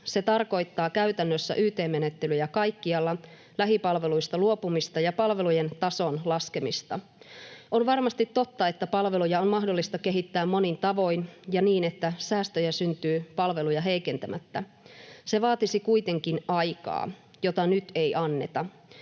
Se tarkoittaa käytännössä yt-menettelyjä kaikkialla, lähipalveluista luopumista ja palvelujen tason laskemista. On varmasti totta, että palveluja on mahdollista kehittää monin tavoin ja niin, että säästöjä syntyy palveluja heikentämättä. Se vaatisi kuitenkin aikaa, jota nyt ei anneta,